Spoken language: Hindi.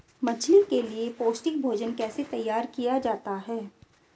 मछली के लिए पौष्टिक भोजन कैसे तैयार किया जाता है?